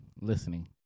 Listening